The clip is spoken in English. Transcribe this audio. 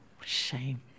Shame